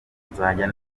nzajya